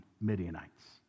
Midianites